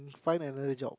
find another job